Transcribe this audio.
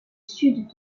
sud